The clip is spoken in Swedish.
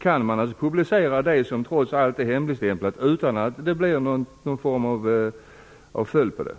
Kan man publicera något som är hemligstämplat utan att det får några följder?